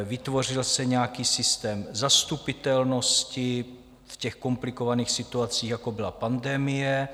Vytvořil se nějaký systém zastupitelnosti v komplikovaných situacích, jako byla pandemie.